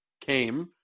came